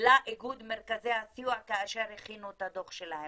לאיגוד מרכזי הסיוע כאשר הכינו את הדוח שלהם.